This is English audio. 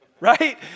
right